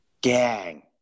gang